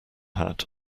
hat